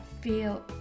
feel